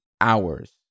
hours